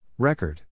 Record